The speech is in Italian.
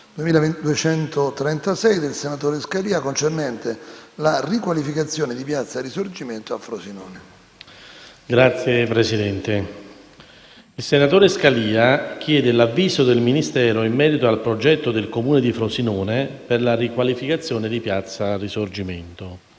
il senatore Scalia chiede l'avviso del Ministero in merito al progetto del Comune di Frosinone per la riqualificazione di piazza Risorgimento.